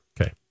Okay